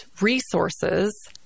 resources